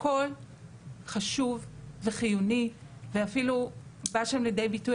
הכול חשוב וחיוני ואפילו בא שם לידי ביטוי